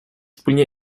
wspólnie